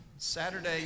Saturday